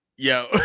Yo